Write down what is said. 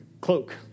cloak